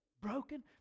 broken